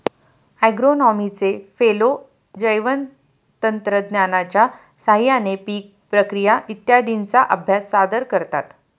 ॲग्रोनॉमीचे फेलो जैवतंत्रज्ञानाच्या साहाय्याने पीक प्रक्रिया इत्यादींचा अभ्यास सादर करतात